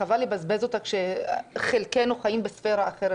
חבל לבזבז אותה כשחלקנו חיים בספרה אחרת,